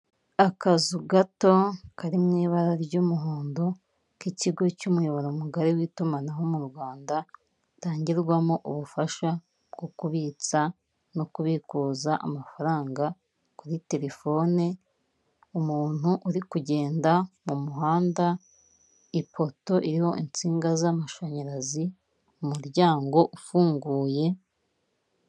Akazu gato kari mu ibara ry'umuhondo, k'ikigo cy'umuyoboro mugari w'itumanaho mu Rwanda, gatangirwamo ubufasha bwo kubitsa no kubikuza amafaranga kuri telefone, umuntu uri kugenda mu muhanda, ipoto iriho insinga z'amashanyarazi, umuryango ufunguye.